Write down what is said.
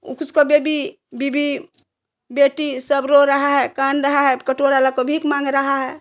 तो उसका बेबी बीबी बेटी सब रो रहा हैं कान रहा है कटोरा लेकर भीख मांग रहा है